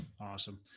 Awesome